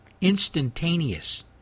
Instantaneous